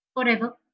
forever